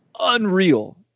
unreal